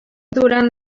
durant